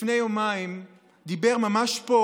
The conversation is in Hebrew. לפני יומיים דיבר ממש פה,